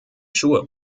schuhe